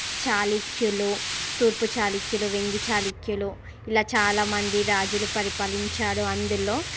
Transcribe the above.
చాళుక్యులు తూర్పు చాళుక్యులు వెంగి చాళుక్యులు ఇలా చాలామంది రాజులు పరిపాలించారు అందులో